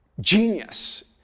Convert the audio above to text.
genius